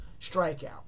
strikeout